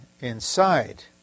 inside